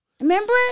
Remember